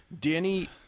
Danny